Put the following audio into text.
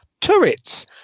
Turrets